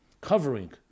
covering